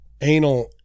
Anal